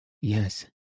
yes